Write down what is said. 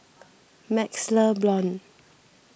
MaxLe Blond